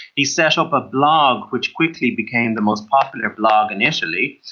he set up a blog which quickly became the most popular blog in italy,